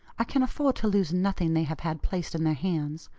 i can afford to lose nothing they have had placed in their hands.